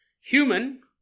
human